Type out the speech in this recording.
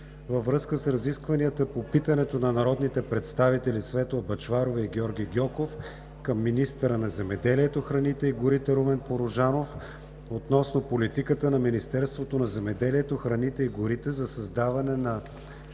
във връзка с разискванията по питането на народните представители Светла Бъчварова и Георги Гьоков към министъра на земеделието, храните и горите Румен Порожанов относно политиката на Министерството на земеделието, храните и горите за създаване на